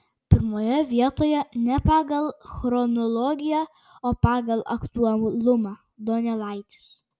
pirmoje vietoje ne pagal chronologiją o pagal aktualumą donelaitis